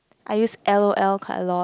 I use L_O_L quite a lot